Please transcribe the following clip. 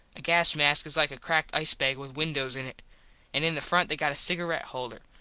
a gas mask is like a cracked ice bag with windos in it. an in the front they got a cigaret holder.